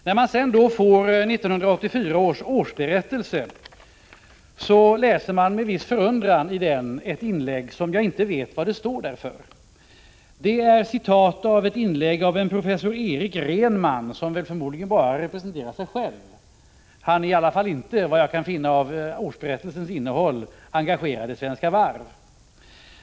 När jag sedan fick Svenska Varvs årsberättelse för 1984 läste jag med viss förundran ett inlägg i denna årsberättelse som jag inte vet varför det står där. Det är ett inlägg av professor Eric Rhenman, som förmodligen bara representerar sig själv. Han är i alla fall inte, efter vad jag kan finna av årsberättelsens innehåll, engagerad i Svenska Varv.